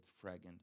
fragrant